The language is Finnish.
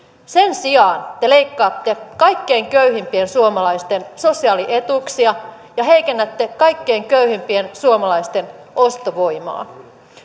sen sijaan te leikkaatte kaikkein köyhimpien suomalaisten sosiaalietuuksia ja heikennätte kaikkein köyhimpien suomalaisten ostovoimaa